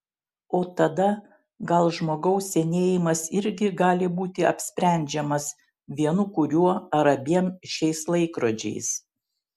o tada gal žmogaus senėjimas irgi gali būti apsprendžiamas vienu kuriuo ar abiem šiais laikrodžiais